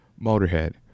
Motorhead